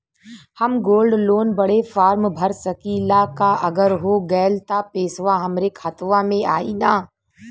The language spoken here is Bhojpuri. हम गोल्ड लोन बड़े फार्म भर सकी ला का अगर हो गैल त पेसवा हमरे खतवा में आई ना?